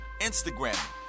Instagram